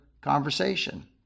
conversation